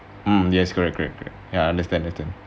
um yes correct correct correct ya understand it in